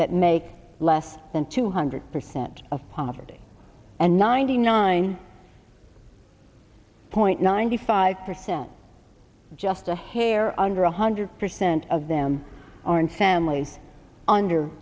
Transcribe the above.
that make less than two hundred percent of poverty and ninety nine point nine five percent just a hair under one hundred percent of them are in families under